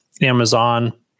Amazon